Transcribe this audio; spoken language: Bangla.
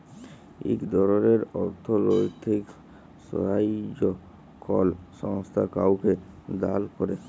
ইক ধরলের অথ্থলৈতিক সাহাইয্য কল সংস্থা কাউকে দাল ক্যরে